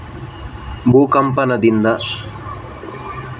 ಭೂಕಂಪದಿಂದ ಕೃಷಿಗೆ ನಷ್ಟ ಆದ್ರೆ ಸರ್ಕಾರ ರೈತರಿಗೆ ಯಾವ ರೀತಿಯಲ್ಲಿ ಪರಿಹಾರ ಕೊಡ್ತದೆ?